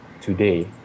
today